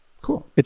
Cool